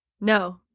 No